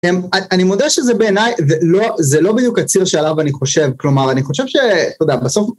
אני מודה שזה בעיניי, זה לא בדיוק הציר שעליו אני חושב, כלומר אני חושב ש... אתה יודע, בסוף.